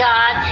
God